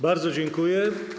Bardzo dziękuję.